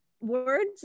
words